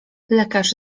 lekarz